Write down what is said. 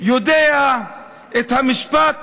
יודע את המשפט